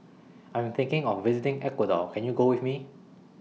I Am thinking of visiting Ecuador Can YOU Go with Me